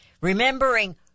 remembering